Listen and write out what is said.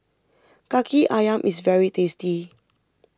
Kaki Ayam is very tasty